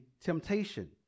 temptation